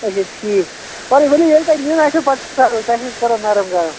اَچھا ٹھیٖک وَلہٕ ؤلِوٗ ییٚلہِ تۄہہِ نِیُن آسٮ۪و پَتہٕ چھُ سہل تَمہِ وِزِ کَرو نرم گرم